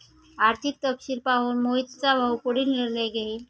आर्थिक तपशील पाहून मोहितचा भाऊ पुढील निर्णय घेईल